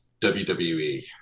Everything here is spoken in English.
WWE